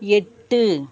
எட்டு